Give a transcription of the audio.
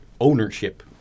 ownership